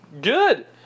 good